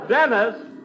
Dennis